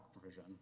provision